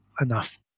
Enough